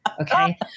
okay